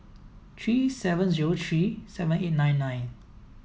three seven zero three seven eight nine nine